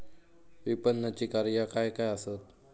विपणनाची कार्या काय काय आसत?